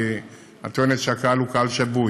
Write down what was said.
כי את טוענת שהקהל הוא קהל שבוי,